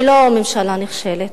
ולא ממשלה נכשלת,